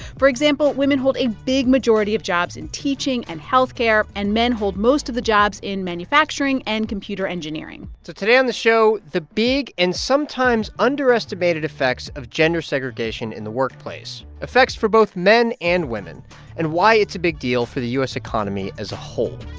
for example, women hold a big majority of jobs in teaching and health care, and men hold most of the jobs in manufacturing and computer engineering so today on the show, the big and sometimes underestimated effects of gender segregation in the workplace effects for both men and women and why it's a big deal for the u s. economy as a whole